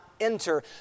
enter